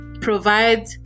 provide